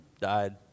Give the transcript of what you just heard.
died